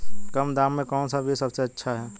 कम दाम में कौन सा बीज सबसे अच्छा है?